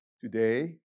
Today